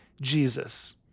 Jesus